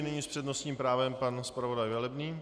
Nyní s přednostním právem pan zpravodaj Velebný.